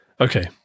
Okay